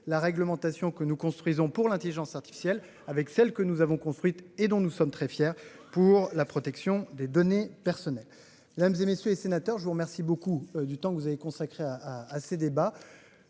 la réglementation que nous construisons pour l'intelligence artificielle et celle que nous avons construite- et dont nous sommes très fiers -pour la protection des données personnelles. Mesdames, messieurs les sénateurs, je vous remercie du temps que vous avez consacré à ce débat.